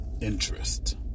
interest